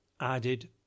added